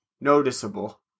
noticeable